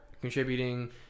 contributing